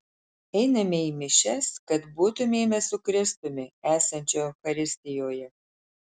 einame į mišias kad būtumėme su kristumi esančiu eucharistijoje